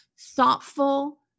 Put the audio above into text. thoughtful